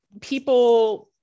people